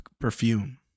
perfume